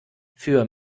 für